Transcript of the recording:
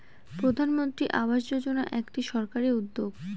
প্রধানমন্ত্রী আবাস যোজনা একটি সরকারি উদ্যোগ